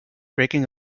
breaking